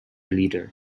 leader